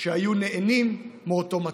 שהיו נהנים מאותו מצב.